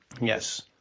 Yes